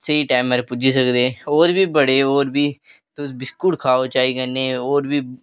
स्हेई टैमें रा पुज्जी सकदे आं होर बी बडे़ ओह् होर बी तुस बिस्कुट खाओ चाही कन्नै होर बी